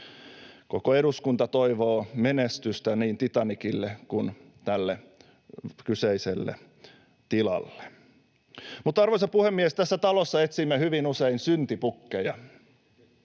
Koko eduskunta toivoo menestystä niin Titanicille kuin tälle kyseiselle tilalle. Arvoisa puhemies! Tässä talossa etsimme hyvin usein syntipukkeja.